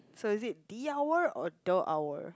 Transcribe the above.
so is it the hour or the hour